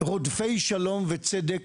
רודפי שלום וצדק,